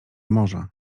morza